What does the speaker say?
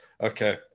Okay